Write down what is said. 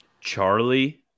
Charlie